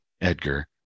Edgar